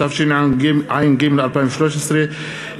התשע"ג 2013,